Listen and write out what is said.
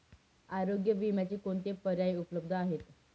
आरोग्य विम्याचे कोणते पर्याय उपलब्ध आहेत?